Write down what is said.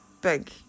big